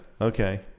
Okay